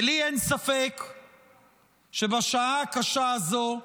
ולי אין ספק שבשעה הקשה הזו,